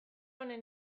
honen